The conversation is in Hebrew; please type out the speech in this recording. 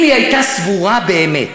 אם היא הייתה סבורה באמת